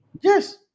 Yes